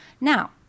Now